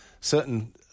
certain